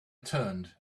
turned